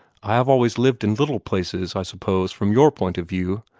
i have always lived in little places. i suppose, from your point of view,